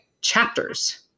chapters